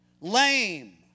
Lame